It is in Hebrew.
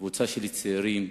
קבוצה של צעירים,